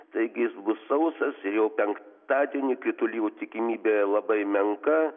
taigi jis bus sausas ir jau penktadienį kritulių tikimybė labai menka